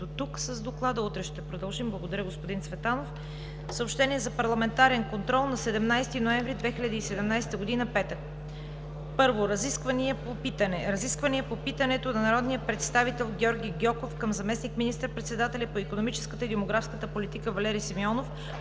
до тук с Доклада, утре ще продължим. Благодаря, господин Цветанов. Съобщение за парламентарен контрол на 17 ноември 2017 г., петък: I. Разисквания по питане: Разисквания по питането на народния представител Георги Гьоков към заместник министър-председателя по икономическата и демографската политика Валери Симеонов